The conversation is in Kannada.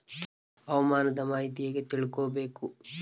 ಹವಾಮಾನದ ಮಾಹಿತಿ ಹೇಗೆ ತಿಳಕೊಬೇಕು?